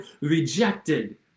rejected